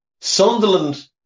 Sunderland